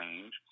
change